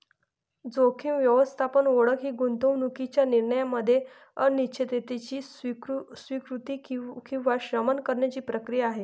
जोखीम व्यवस्थापन ओळख ही गुंतवणूकीच्या निर्णयामध्ये अनिश्चिततेची स्वीकृती किंवा शमन करण्याची प्रक्रिया आहे